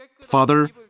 Father